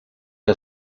que